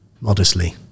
modestly